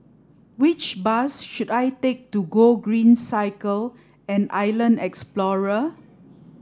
which bus should I take to Gogreen Cycle and Island Explorer